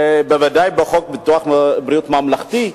ובוודאי בחוק ביטוח בריאות ממלכתי,